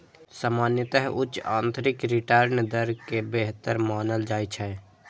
सामान्यतः उच्च आंतरिक रिटर्न दर कें बेहतर मानल जाइ छै